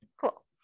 cool